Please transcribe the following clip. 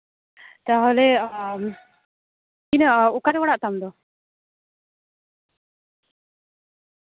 ᱛᱟᱦᱞᱮ ᱤᱭᱟᱹ ᱚᱠᱟᱨᱮ ᱚᱲᱟᱜ ᱛᱟᱢ ᱫᱚ